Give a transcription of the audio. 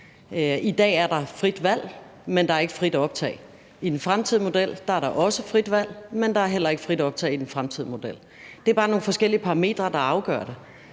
I dag er der frit valg, men der er ikke frit optag. I den fremtidige model er der også frit valg, men der er heller ikke frit optag i den fremtidige model. Det er bare nogle forskellige parametre, der afgør det.